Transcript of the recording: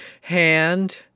hand